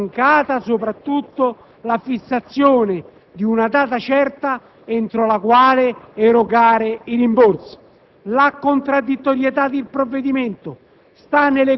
è mancata soprattutto la fissazione di una data certa entro la quale erogare i rimborsi. La contraddittorietà del provvedimento